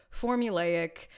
formulaic